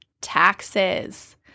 taxes